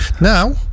Now